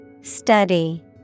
Study